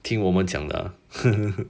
听我们讲的